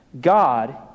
God